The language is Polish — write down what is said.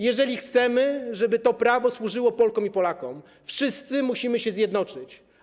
Jeżeli chcemy, żeby to prawo służyło Polkom i Polakom, wszyscy musimy się zjednoczyć.